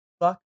Fuck